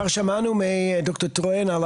שמענו מד"ר טרואן על